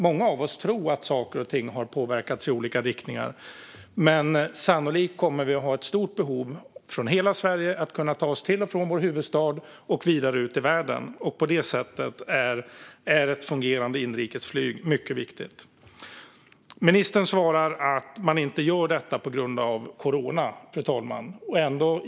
Många av oss kan tro att saker och ting har påverkats i olika riktningar, men sannolikt kommer det i hela Sverige att finnas ett stort behov av att kunna ta sig till och från vår huvudstad och vidare ut i världen. På det sättet är ett fungerande inrikesflyg mycket viktigt. Fru talman! Infrastrukturministern svarar att man inte gör detta på grund av corona.